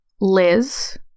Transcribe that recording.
Liz